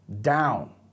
down